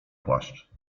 płaszcz